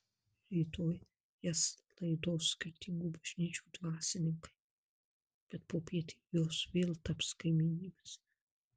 rytoj jas laidos skirtingų bažnyčių dvasininkai bet popiet jos vėl taps kaimynėmis